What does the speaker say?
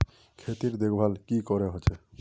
खेतीर देखभल की करे होचे?